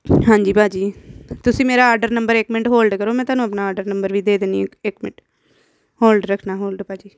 ਹਾਂਜੀ ਭਾਅ ਜੀ ਤੁਸੀਂ ਮੇਰਾ ਔਡਰ ਨੰਬਰ ਇਕ ਮਿੰਟ ਹੋਲਡ ਕਰੋ ਮੈਂ ਤੁਹਾਨੂੰ ਆਪਣਾ ਆਡਰ ਨੰਬਰ ਵੀ ਦੇ ਦਿੰਦੀ ਹਾਂ ਇਕ ਮਿੰਟ ਹੋਲਡ ਰੱਖਣਾ ਹੋਲਡ ਭਾਅ ਜੀ